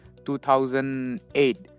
2008